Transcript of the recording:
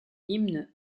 hymne